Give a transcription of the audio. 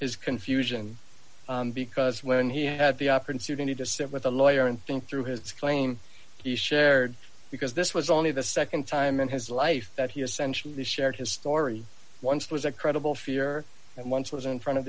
his confusion because when he had the opportunity to sit with a lawyer and think through his claim he shared because this was only the nd time in his life that he essentially shared his story once was a credible fear and once was in front of